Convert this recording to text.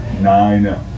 nine